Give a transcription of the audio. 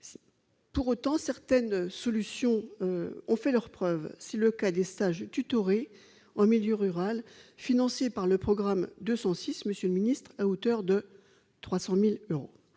Pour autant, certaines solutions ont fait leurs preuves. C'est le cas des « stages tutorés en milieu rural », financés par le programme 206, monsieur le ministre,